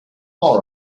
all